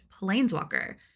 planeswalker